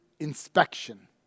inspection